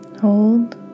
Hold